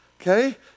Okay